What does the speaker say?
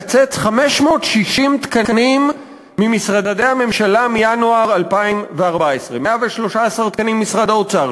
לקצץ 560 תקנים ממשרדי הממשלה מינואר 2014: 113 תקנים ממשרד האוצר,